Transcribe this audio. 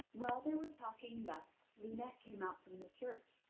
while they were talking thus, lunete came out from the church,